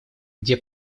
где